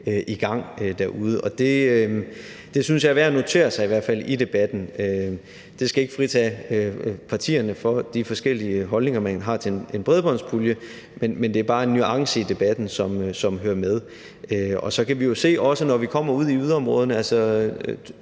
i gang derude. Og det synes jeg i hvert fald er værd at notere sig i debatten. Det skal ikke fritage partierne for de forskellige holdninger, man har til en bredbåndspulje, men det er bare en nuance i debatten, som hører med. Og så kan vi jo også se, når vi kommer ud i yderområderne,